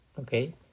Okay